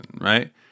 right